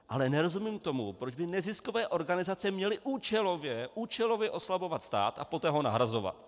Ale nerozumím tomu, proč by neziskové organizace měly účelově oslabovat stát a poté ho nahrazovat.